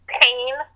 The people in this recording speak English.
pain